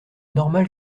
normal